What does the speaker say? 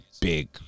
big